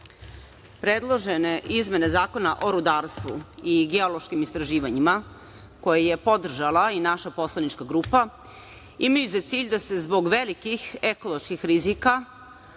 predložene izmene Zakona o rudarstvu i geološkim istraživanjima koje je podržala i naša poslanička grupa imaju za cilj da se zbog velikih ekoloških rizika,